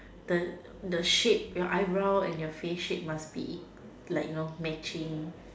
the the shape your eyebrow and your face shape must be like you know matching